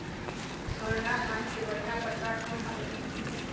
स्वर्णा धान के बढ़िया परकार कोन हर ये?